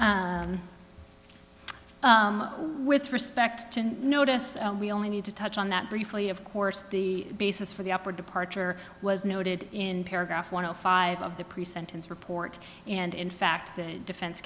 him with respect to notice we only need to touch on that briefly of course the basis for the upper departure was noted in paragraph one hundred five of the pre sentence report and in fact the defense